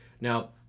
Now